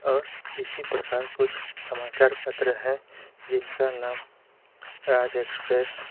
और इसी प्रकार कुछ समाचार पत्र है जिनका नाम राज एक्सप्रेस